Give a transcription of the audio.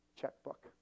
checkbook